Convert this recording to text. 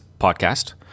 podcast